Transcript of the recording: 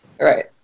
Right